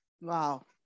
wow